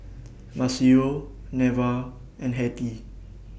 Maceo Neva and Hettie